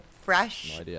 fresh